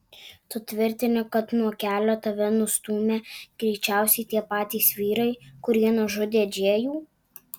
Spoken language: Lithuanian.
tu tvirtini kad nuo kelio tave nustūmė greičiausiai tie patys vyrai kurie nužudė džėjų